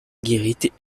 guérite